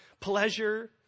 pleasure